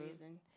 reason